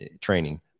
training